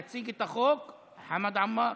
יציג את החוק חמד עמאר.